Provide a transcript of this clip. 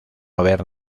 haber